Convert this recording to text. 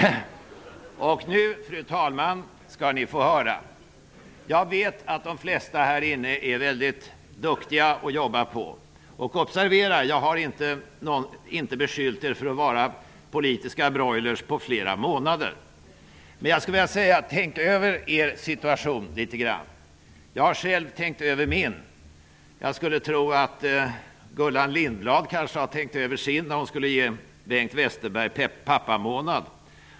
Och nu, fru talman, skall ni få höra! Jag vet att de flesta här är mycket duktiga och jobbar på. Observera att jag på flera månader inte har beskyllt er för att vara politiska broilrar! Men jag vill säga: Tänk över er situation! Jag har själv tänkt över min. Jag skulle tro att Gullan Lindblad har tänkt över sin, när hon skulle ge Bengt Westerberg en pappamånad.